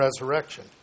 resurrection